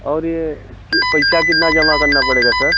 और यह पैसा कितना जमा करना पड़ेगा सर